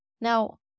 Now